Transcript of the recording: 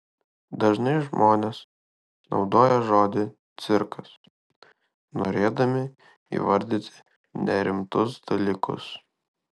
dažnai žmonės naudoja žodį cirkas norėdami įvardyti nerimtus dalykus